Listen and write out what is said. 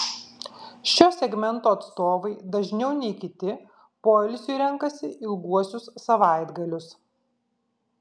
šio segmento atstovai dažniau nei kiti poilsiui renkasi ilguosius savaitgalius